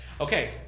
Okay